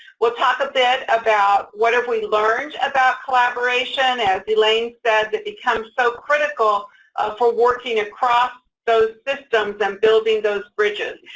we'll talk a bit about what have we learned about collaboration, as elaine said, that becomes so critical for working across those systems and building those bridges,